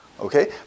Okay